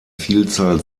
vielzahl